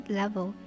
level